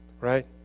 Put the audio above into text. right